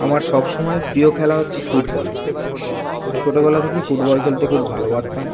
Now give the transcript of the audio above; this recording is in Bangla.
আমার সব সময়ের প্রিয় খেলা হচ্ছে ফুটবল ছোটবেলা থেকেই ফুটবল খেলতে খুব ভালবাসতাম